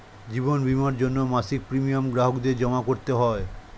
জীবন বীমার জন্যে মাসিক প্রিমিয়াম গ্রাহকদের জমা করতে হয়